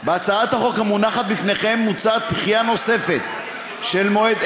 בהצעת החוק המונחת בפניכם מוצעת דחייה נוספת של מועד,